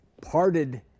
parted